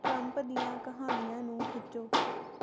Trump ਦੀਆਂ ਕਹਾਣੀਆਂ ਨੂੰ ਖਿੱਚੋ